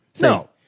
No